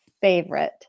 favorite